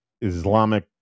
Islamic